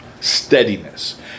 steadiness